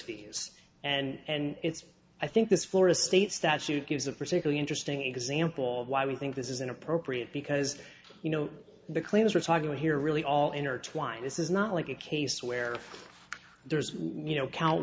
fees and it's i think this florida state statute gives a particularly interesting example of why we think this is inappropriate because you know the claims we're talking about here really all intertwined this is not like a case where there's you know count